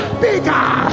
bigger